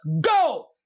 Go